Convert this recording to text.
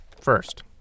first